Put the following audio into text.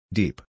deep